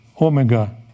omega